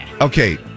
Okay